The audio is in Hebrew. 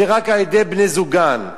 רק על-ידי בני-זוגן.